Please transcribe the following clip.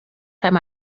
time